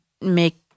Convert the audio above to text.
make